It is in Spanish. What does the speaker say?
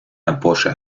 apoya